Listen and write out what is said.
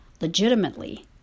legitimately